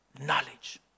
knowledge